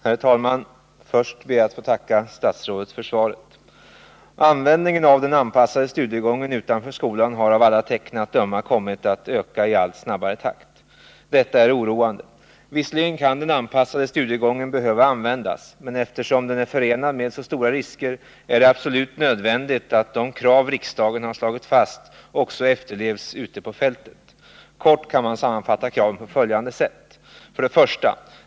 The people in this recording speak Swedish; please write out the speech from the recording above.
Herr talman! Först ber jag att få tacka statsrådet för svaret. Användningen av den anpassade studiegången utanför skolan har av alla tecken att döma kommit att öka i allt snabbare takt. Detta är oroande. Visserligen kan den anpassade studiegången behöva användas, men eftersom den är förenad med Nr 24 så stora risker är det absolut nödvändigt att de krav riksdagen har slagit fast Torsdagen den också efterlevs ute på fältet. Kort kan kraven sammanfattas på följande 8 november 1979 sätt: 1.